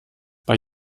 bei